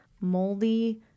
moldy